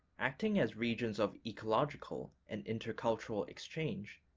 acting as regions of ecological and intercultural exchange,